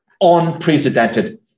Unprecedented